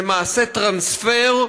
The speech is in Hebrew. זה מעשה טרנספר,